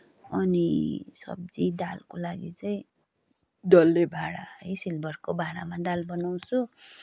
अनि सब्जी दालको लागि चाहिँ डल्ले भाँडा है सिल्भरको भाँडामा दाल बनाउँछु